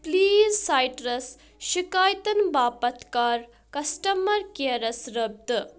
please سایٹرس شِکایتَن باپتھ کَر کسٹمر کیرس رٲبطہٕ